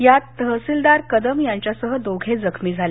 यात तहसिलदार कदम यांच्यासह दोघे जखमी झाले